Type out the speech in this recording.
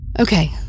Okay